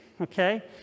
okay